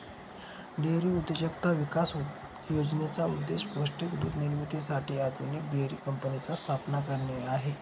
dairy उद्योजकता विकास योजनेचा उद्देश पौष्टिक दूध निर्मितीसाठी आधुनिक डेअरी कंपन्यांची स्थापना करणे आहे